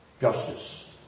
Justice